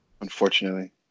unfortunately